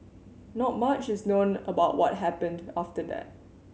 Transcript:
not mush is known about what happened after that